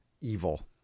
evil